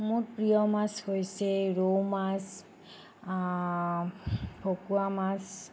মোৰ প্ৰিয় মাছ হৈছে ৰৌ মাছ ভকুৱা মাছ